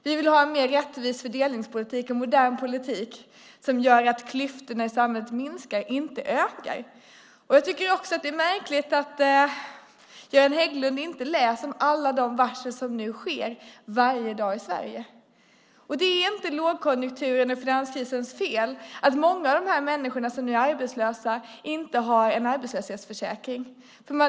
Vi vill ha en mer rättvis fördelningspolitik och en modern politik som gör att klyftorna i samhället minskar, inte ökar. Jag tycker också att det är märkligt att Göran Hägglund inte läser om alla de varsel som nu sker varje dag i Sverige. Det är inte lågkonjunkturens eller finanskrisens fel att många av de människor som blir arbetslösa inte har en arbetslöshetsförsäkring.